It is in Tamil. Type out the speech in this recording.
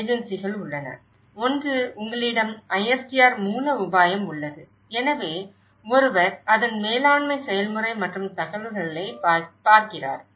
முகமைகள் உள்ளன ஒன்று உங்களிடம் ISDR மூல உபாயம் உள்ளது எனவே ஒருவர் அதன் மேலாண்மை செயல்முறை மற்றும் தகவல்களைப் பார்க்கிறார்